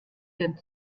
den